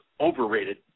overrated